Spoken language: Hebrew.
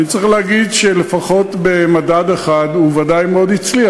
אני צריך להגיד שלפחות במדד אחד הוא ודאי מאוד הצליח,